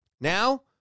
Now